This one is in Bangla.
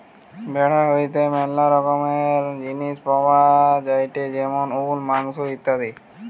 ভেড়া হইতে ম্যালা রকমের জিনিস পাওয়া যায়টে যেমন উল, মাংস ইত্যাদি